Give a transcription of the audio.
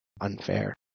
unfair